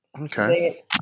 Okay